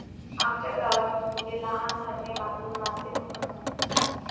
आमच्या गावातील मुले लहान धरणे बांधून मासे पकडतात